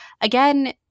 Again